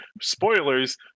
spoilers